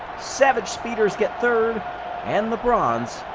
savage speeders get third and the bronze.